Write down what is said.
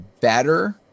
better